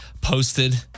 posted